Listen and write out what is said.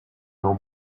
n’en